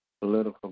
political